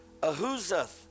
Ahuzath